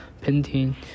painting